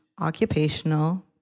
occupational